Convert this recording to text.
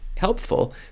helpful